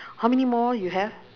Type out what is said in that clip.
how many more you have